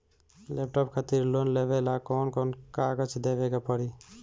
Laptop खातिर loan लेवे ला कौन कौन कागज देवे के पड़ी?